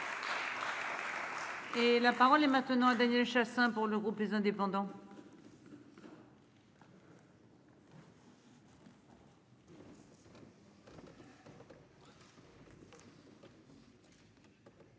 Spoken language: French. Et la parole est maintenant à Daniel Chassain pour le groupe les indépendants. Madame